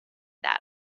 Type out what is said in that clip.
that